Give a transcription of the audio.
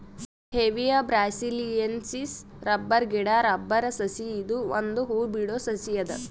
Hevea brasiliensis rubber ಗಿಡಾ rubber ಸಸಿ ಇದು ಒಂದ್ ಹೂ ಬಿಡೋ ಸಸಿ ಅದ